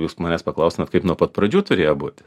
jūs manęs paklaustumėt kaip nuo pat pradžių turėjo būt